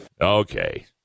Okay